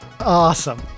Awesome